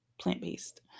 plant-based